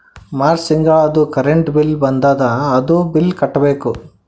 March ತಿಂಗಳದೂ current bill ಬಂದದ, ಅದೂ ಬಿಲ್ ಕಟ್ಟಬೇಕ್